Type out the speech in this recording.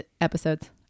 Episodes